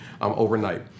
overnight